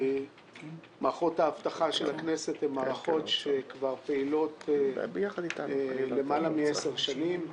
מערכות האבטחה של הכנסת הן מערכות שכבר פעילות למעלה מ-10 שנים,